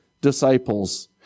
disciples